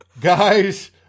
Guys